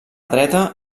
dreta